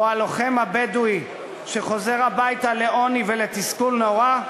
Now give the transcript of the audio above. או הלוחם הבדואי שחוזר הביתה לעוני ולתסכול נורא,